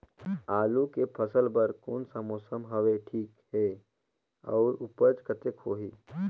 आलू के फसल बर कोन सा मौसम हवे ठीक हे अउर ऊपज कतेक होही?